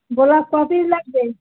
গোলাপ ক পিস লাগবে